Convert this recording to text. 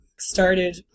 started